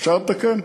אפשר לתקן.